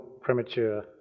premature